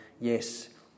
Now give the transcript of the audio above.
yes